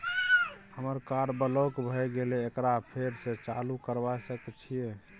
हमर card block भ गेले एकरा फेर स चालू करबा सके छि?